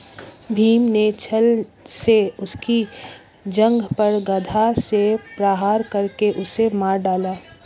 भीम ने छ्ल से उसकी जांघ पर गदा से प्रहार करके उसे मार डाला